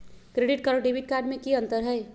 Credit card और debit card में की अंतर हई?